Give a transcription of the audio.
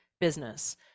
business